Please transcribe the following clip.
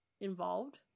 involved